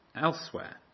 elsewhere